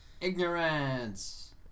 Ignorance